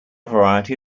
variety